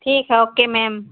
ठीक है okay ma'am